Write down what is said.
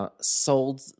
Sold